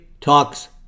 Talks